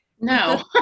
no